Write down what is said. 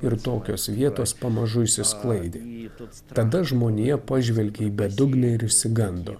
ir tokios vietos pamažu išsisklaidė tada žmonija pažvelgė į bedugnę ir išsigando